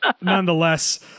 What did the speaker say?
nonetheless